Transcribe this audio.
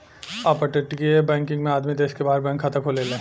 अपतटीय बैकिंग में आदमी देश के बाहर बैंक खाता खोलेले